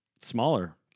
smaller